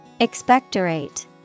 Expectorate